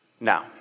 Now